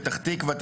פתח תקווה,